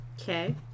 Okay